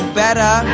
better